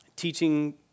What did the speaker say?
Teaching